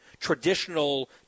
traditional